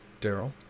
Daryl